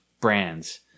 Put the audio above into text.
brands